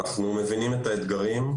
אנחנו מבינים את האתגרים,